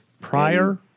Prior